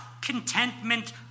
contentment